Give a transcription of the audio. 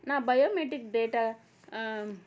నా biometric data